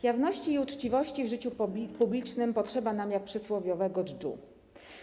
Jawności i uczciwości w życiu publicznym potrzeba nam jak przysłowiowego dżdżu.